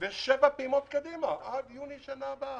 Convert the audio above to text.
ושבע פעימות קדימה עד יוני בשנה הבאה.